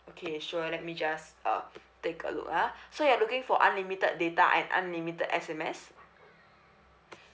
okay sure let me just uh take a look ah so you're looking for unlimited data and unlimited S_M_S